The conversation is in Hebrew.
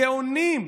גאונים,